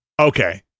Okay